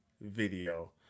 video